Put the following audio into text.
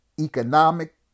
economic